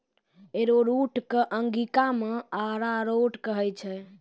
arrowroot कॅ अंगिका मॅ अरारोट कहै छै